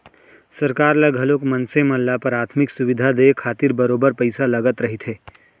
सरकार ल घलोक मनसे मन ल पराथमिक सुबिधा देय खातिर बरोबर पइसा लगत रहिथे